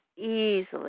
easily